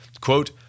quote